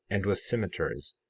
and with cimeters,